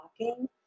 walking